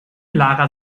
lara